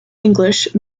english